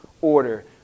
order